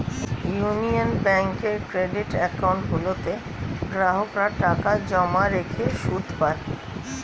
union ব্যাঙ্কের credit account গুলোতে গ্রাহকরা টাকা জমা রেখে সুদ পায়